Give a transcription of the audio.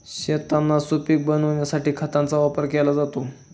शेतांना सुपीक बनविण्यासाठी खतांचा वापर केला जातो